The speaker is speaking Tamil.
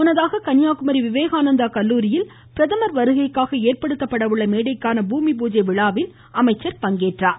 முன்னதாக கன்னியாகுமரி விவேகானந்தா கல்லூரியில் பிரதமர் வருகைக்காக ஏற்படுத்தப்பட உள்ள மேடைக்கான பூமிபூஜை விழாவில் அவர் பங்கேற்றார்